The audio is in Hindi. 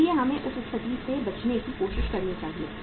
इसलिए हमें उस स्थिति से बचने की कोशिश करनी चाहिए